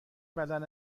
بدن